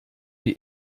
wie